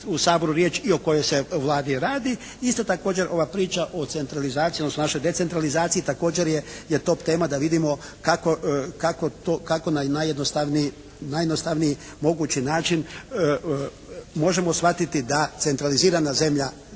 u Saboru riječ i o kojoj se Vladi radi. Isto također ova priča o centralizaciji, odnosno našoj decentralizaciji također je top tema da vidimo kako na najjednostavniji mogući način možemo shvatiti da centralizirana zemlja